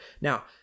Now